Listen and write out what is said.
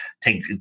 take